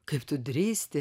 kaip tu drįsti